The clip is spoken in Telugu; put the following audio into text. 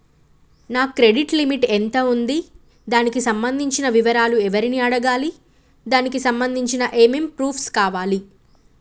నా క్రెడిట్ లిమిట్ ఎంత ఉంది? దానికి సంబంధించిన వివరాలు ఎవరిని అడగాలి? దానికి సంబంధించిన ఏమేం ప్రూఫ్స్ కావాలి?